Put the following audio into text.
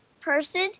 person